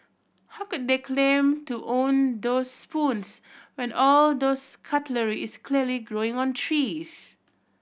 how could they claim to own those spoons when all those cutlery is clearly growing on trees